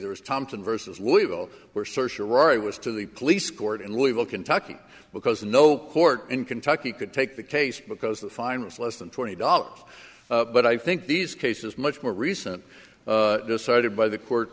there was thompson versus louisville where search a right was to the police court in louisville kentucky because no court in kentucky could take the case because the fine was less than twenty dollars but i think these cases much more recent decided by the court